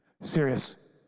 Serious